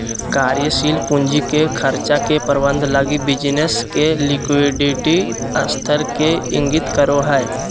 कार्यशील पूंजी के खर्चा के प्रबंधन लगी बिज़नेस के लिक्विडिटी स्तर के इंगित करो हइ